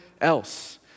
else